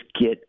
get